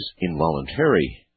involuntary